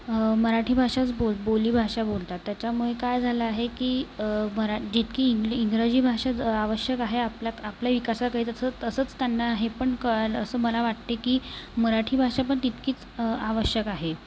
मराठी भाषाच बोल बोलीभाषा बोलतात त्याच्यामुळे काय झालं आहे की मरा जितकी इंग्ल इंग्रजी भाषा आवश्यक आहे आपल्यात आपल्या विकासाकडे तसं तसंच त्यांना हे पण कळालं असं मला वाटते की मराठी भाषा पण तितकीच आवश्यक आहे